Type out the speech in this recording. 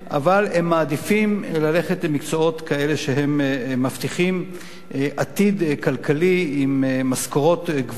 הם מעדיפים ללכת למקצועות שמבטיחים עתיד כלכלי עם משכורות גבוהות,